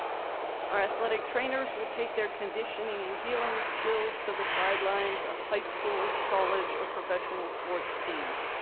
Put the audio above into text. our athletic trainers will take their conditioning and healing skills to the sidelines of high schools, college, or professional sports teams.